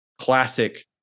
classic